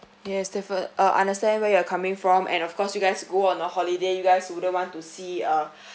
yes defi~ uh understand where you're coming from and of course you guys go on a holiday you guys wouldn't want to see uh